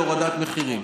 להורדת מחירים.